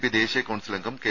P ദേശീയ council അംഗം K